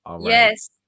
yes